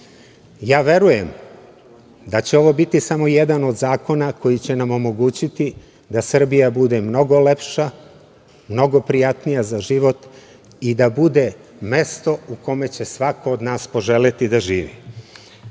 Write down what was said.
ih. Verujem da će ovo biti samo jedan od zakona koji će nam omogućiti da Srbija bude mnogo lepša, mnogo prijatnija za život i da bude mesto u kome će svako od nas poželeti da živi.U